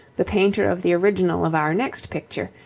the painter of the original of our next picture,